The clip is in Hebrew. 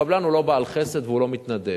הקבלן הוא לא בעל חסד והוא לא מתנדב.